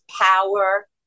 power